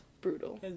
brutal